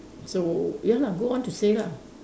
so ya lah go on to say lah